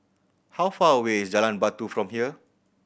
how far away is Jalan Batu from here